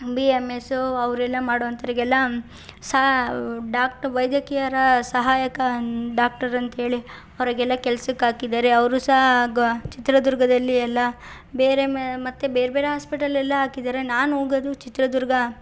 B A M S ಅವರೆಲ್ಲಾ ಮಾಡೋಂಥವ್ರಿಗೆಲ್ಲಾ ಸಹ ಡಾಕ್ಟ್ರು ವೈದ್ಯಕೀಯರ ಸಹಾಯಕ ಅನ್ ಡಾಕ್ಟರ್ ಅಂತೇಳಿ ಅವರಿಗೆಲ್ಲ ಕೆಲ್ಸಕ್ಕೆ ಹಾಕಿದ್ದಾರೆ ಅವರು ಸಹ ಗ ಚಿತ್ರದುರ್ಗದಲ್ಲಿ ಎಲ್ಲ ಬೇರೆ ಮೇ ಮತ್ತು ಬೇರೆ ಬೇರೆ ಹಾಸ್ಪಿಟಲೆಲ್ಲಾ ಹಾಕಿದ್ದಾರೆ ನಾನು ಹೋಗೋದು ಚಿತ್ರದುರ್ಗ